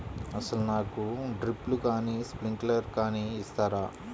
అసలు నాకు డ్రిప్లు కానీ స్ప్రింక్లర్ కానీ ఇస్తారా?